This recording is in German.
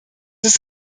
ist